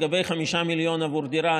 לגבי 5 מיליון עבור דירה,